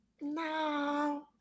No